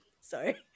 sorry